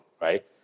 right